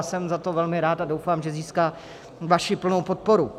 Jsem za to velmi rád a doufám, že získá vaši plnou podporu...